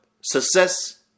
success